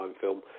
film